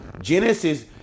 Genesis